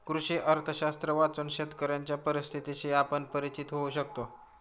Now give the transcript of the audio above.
कृषी अर्थशास्त्र वाचून शेतकऱ्यांच्या परिस्थितीशी आपण परिचित होऊ शकतो